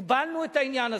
הגבלנו את העניין הזה,